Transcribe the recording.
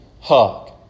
hug